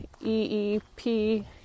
EEP